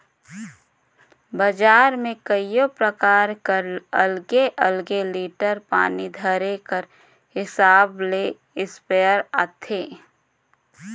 बजार में कइयो परकार कर अलगे अलगे लीटर पानी धरे कर हिसाब ले इस्पेयर आथे